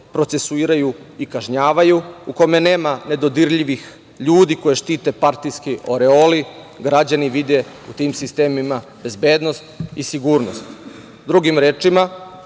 procesuiraju i kažnjavaju, u kome nema nedodirljivih ljudi koje štite partijski oreoli. Građani vide u tim sistemima bezbednost i sigurnost. Drugim rečima,